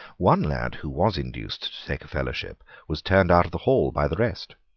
one lad who was induced to take a fellowship was turned out of the hall by the rest.